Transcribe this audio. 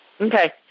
Okay